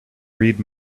read